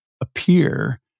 appear